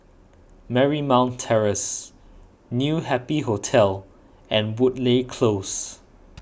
Marymount Terrace New Happy Hotel and Woodleigh Close